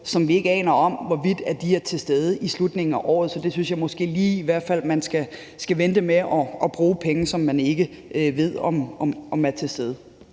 som vi ikke aner om er til stede i slutningen af året. Så der synes jeg måske i hvert fald lige, at man skal vente med at bruge penge, som man ikke ved om er til stede.